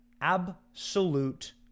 absolute